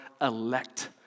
elect